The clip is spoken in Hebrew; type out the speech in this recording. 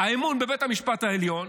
האמון בבית המשפט העליון,